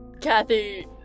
Kathy